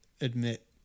admit